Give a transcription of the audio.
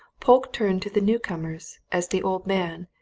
polke turned to the newcomers, as the old man,